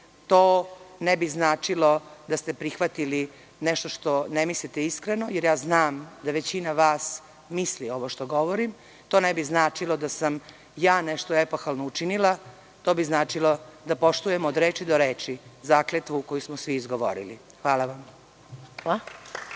To ne bi značilo da ste prihvatili nešto što ne mislite iskreno, jer ja znam da većina vas misli ovo što govorim, to ne bi značilo da sam ja nešto epohalno učinila, to bi značilo da poštujemo od reči do reči zakletvu koju smo svi izgovorili. Hvala vam.